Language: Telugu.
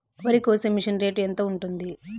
వరికోసే మిషన్ రేటు ఎంత ఉంటుంది?